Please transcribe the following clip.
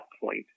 point